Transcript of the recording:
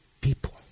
people